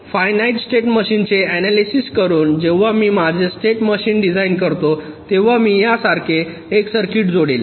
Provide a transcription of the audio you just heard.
finite state मशीनचे analysis करून जेव्हा मी माझे स्टेट मशीन डिझाईन करतो तेव्हा मी यासारखे एक सर्किट जोडेल